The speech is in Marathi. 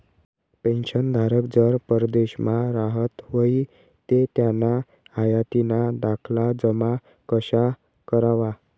पेंशनधारक जर परदेसमा राहत व्हयी ते त्याना हायातीना दाखला जमा कशा करवा?